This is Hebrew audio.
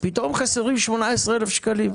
פתאום חסרים 18,000 שקלים.